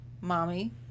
Mommy